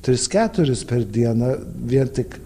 tris keturis per dieną vien tik